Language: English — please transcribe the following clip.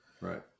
Right